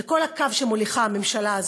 זה כל הקו שמוליכה הממשלה הזאת,